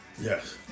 Yes